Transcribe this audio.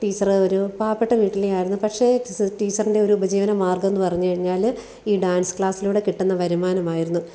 teacher ഒരു പാവപ്പെട്ട വീട്ടിലെ ആയിരുന്നു പക്ഷെ ടീച്ചറിൻ്റെ ഒരു ഉപജീവനമാർഗ്ഗമെന്ന് പറഞ്ഞു കഴിഞ്ഞാല് ഈ ഡാൻസ് ക്ലാസ്സിലൂടെ കിട്ടുന്ന വരുമാനമായിരുന്നു